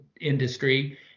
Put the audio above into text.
industry